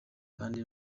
kandi